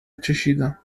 چشیدم